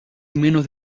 menos